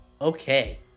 Okay